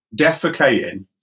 defecating